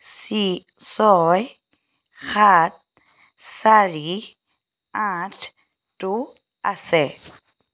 C ছয় সাত চাৰি আঠটো আছে